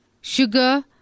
sugar